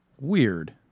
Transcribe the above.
weird